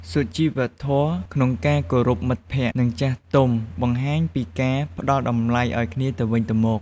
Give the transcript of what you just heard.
សុជីវធម៌ក្នុងការគោរពមិត្តភក្តិ និងចាស់ទុំបង្ហាញពីការផ្ដល់តម្លៃឱ្យគ្នាទៅវិញទៅមក។